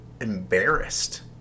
embarrassed